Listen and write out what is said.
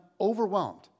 overwhelmed